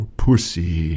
pussy